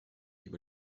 über